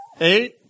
Eight